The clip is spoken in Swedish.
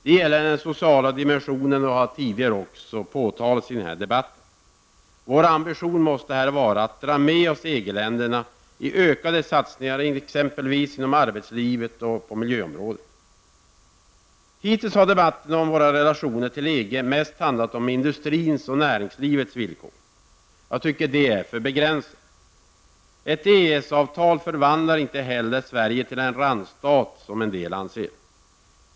Det gäller den sociala dimensionen -- det har också påtalats tidigare i den här debatten. Vår ambition måste vara att dra med oss EG-länderna i ökade satsningar t.ex. inom arbetslivet och på miljöområdet. Hittills har debatten om våra relationer till EG mest handlat om industrins och näringslivets villkor. Det är för begränsat, tycker jag. Ett EES-avtal förvandlar inte heller Sverige till en randstat, som en del anser.